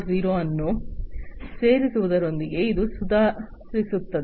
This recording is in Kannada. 0 ಅನ್ನು ಸೇರಿಸುವುದರೊಂದಿಗೆ ಇದು ಸುಧಾರಿಸುತ್ತದೆ